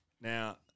Now